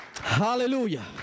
Hallelujah